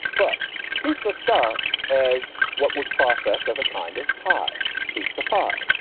but pizza starts as what was processed as a kind of pie pizza pie.